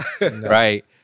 right